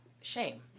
shame